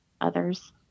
others